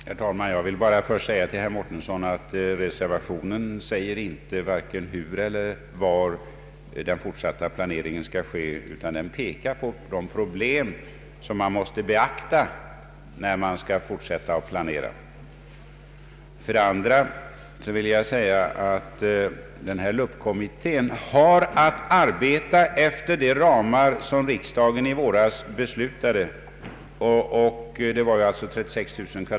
Herr talman! För det första vill jag säga till herr Mårtensson att i reservationen anges varken hur eller var den fortsatta planeringen skall ske. Där påpekas endast de problem som man måste beakta när man skall fortsätta att planera. För det andra vill jag säga att LUP kommittén har att arbeta efter de ramar som riksdagen beslöt om i våras, alltså totalt 36 000 m?.